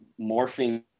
morphing